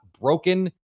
broken